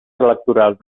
electorals